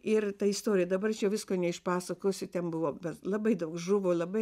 ir ta istorija dabar čia visko neišpasakosiu ten buvo labai daug žuvo labai